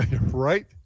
Right